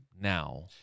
now